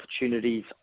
opportunities